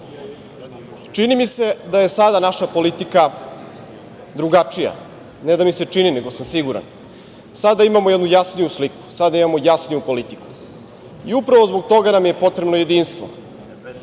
mi se da je sada naša politika drugačija. Ne da mi se čini, nego sam siguran. Sada imamo jednu jasniju sliku, jasniju politiku. I upravo zbog toga nam je potrebno jedinstvo.